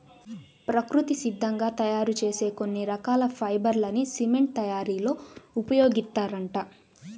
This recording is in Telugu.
ప్రకృతి సిద్ధంగా తయ్యారు చేసే కొన్ని రకాల ఫైబర్ లని సిమెంట్ తయ్యారీలో ఉపయోగిత్తారంట